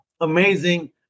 Amazing